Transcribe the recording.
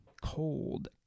cold